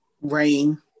rain